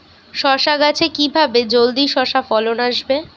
শশা গাছে কিভাবে জলদি শশা ফলন আসবে?